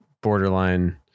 borderline